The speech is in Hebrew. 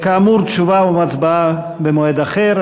כאמור, תשובה והצבעה במועד אחר.